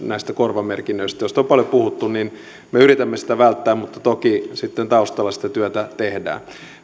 näistä korvamerkinnöistä joista on paljon puhuttu me yritämme sitä välttää mutta toki taustalla sitä työtä tehdään